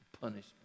punishment